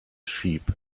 sheep